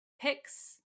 picks